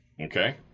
okay